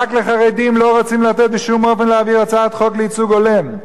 רק לחרדים לא רוצים לתת בשום אופן להעביר הצעת חוק לייצוג הולם.